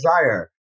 Desire